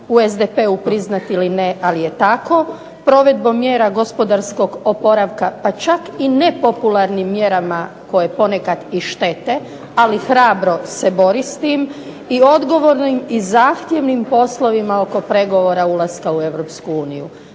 u SDP-u priznati ali je tako, provedbom mjera gospodarskog oporavka, pa čak i nepopularnim mjerama koje ponekad i štete, ali hrabro se bori s tim i odgovornim i zahtjevnim poslovima oko pregovora ulaska u EU.